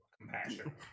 Compassion